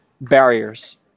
barriers